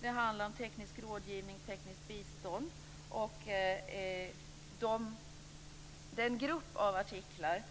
Det handlar om teknisk rådgivning, tekniskt bistånd och den grupp av artiklar